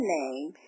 name